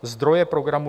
Zdrojem programu